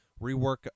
rework